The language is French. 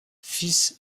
fils